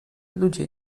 ludzie